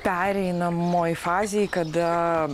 pereinamoj fazėj kada